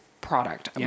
product